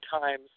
times